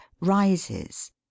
rises